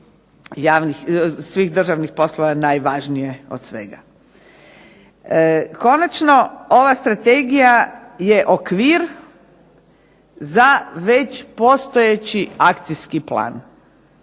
svih državni poslova najvažnije od svega. Konačno, ova Strategija je okvir za već postojeći akcijski plan.